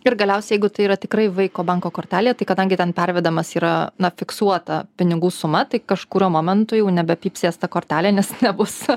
ir galiausiai jeigu tai yra tikrai vaiko banko kortelė tai kadangi ten pervedamas yra ne fiksuota pinigų suma tai kažkuriuo momentu jau nebe pypsės ta kortelė nes nebus